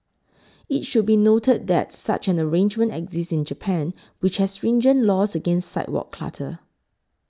it should be noted that such an arrangement exists in Japan which has stringent laws against sidewalk clutter